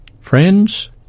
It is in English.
Friends